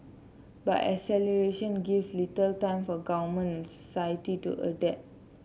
but acceleration gives little time for government society to adapt